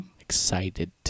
excited